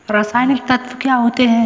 रसायनिक तत्व क्या होते हैं?